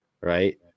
right